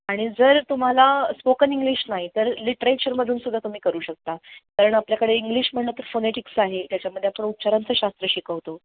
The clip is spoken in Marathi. आणि जर तुम्हाला स्पोकन इंग्लिश नाही तर लिट्रेचरमधून सुद्धा तुम्ही करू शकता कारण आपल्याकडे इंग्लिश म्हणलं तर फोनेटिक्स आहे त्याच्यामध्ये आपण उच्चारांचं शास्त्र शिकवतो